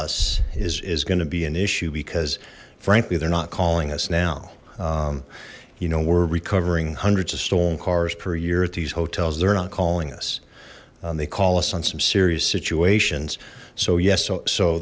us is is going to be an issue because frankly they're not calling us now you know we're recovering hundreds of stolen cars per year at these hotels they're not calling us they call us on some serious s